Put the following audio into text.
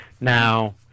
Now